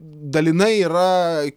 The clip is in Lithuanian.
dalinai yra